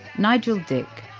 nigel dick